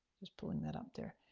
pulling that up there.